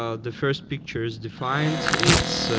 ah the first picture, is defined. it's